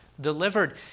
delivered